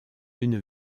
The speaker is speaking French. une